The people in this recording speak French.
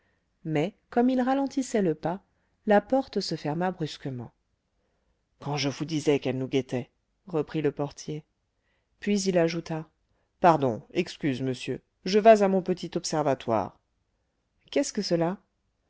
mais comme il ralentissait le pas la porte se ferma brusquement quand je vous disais qu'elle nous guettait reprit le portier puis il ajouta pardon excuse monsieur je vas à mon petit observatoire qu'est-ce que cela